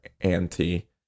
anti